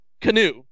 Canoe